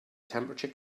temperature